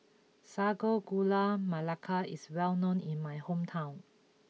Sago Gula Melaka is well known in my hometown